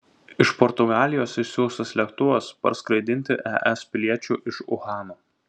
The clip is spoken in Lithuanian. iš portugalijos išsiųstas lėktuvas parskraidinti es piliečių iš uhano